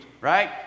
Right